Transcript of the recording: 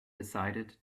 decided